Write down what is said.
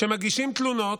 שמגישים תלונות,